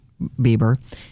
Bieber